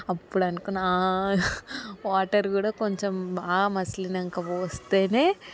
అప్పుడనుకున్నా water కూడా కొంచెం బాగా మసిలినాక పోస్తేనే